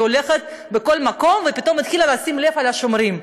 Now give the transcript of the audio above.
הולכת בכל מקום ופתאום היא התחילה לשים לב לשומרים.